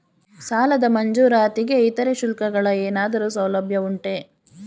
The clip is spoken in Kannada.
ಸಾಲದ ಮಂಜೂರಾತಿಗೆ ಇತರೆ ಶುಲ್ಕಗಳ ಏನಾದರೂ ಸೌಲಭ್ಯ ಉಂಟೆ?